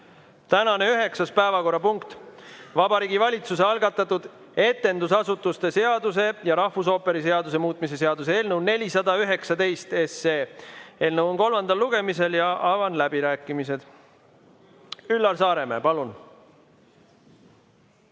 Tänane üheksas päevakorrapunkt: Vabariigi Valitsuse algatatud etendusasutuse seaduse ja rahvusooperi seaduse muutmise seaduse eelnõu 419. Eelnõu on kolmandal lugemisel. Avan läbirääkimised. Üllar Saaremäe, palun!